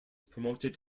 promoted